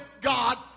God